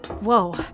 Whoa